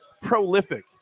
prolific